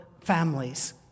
families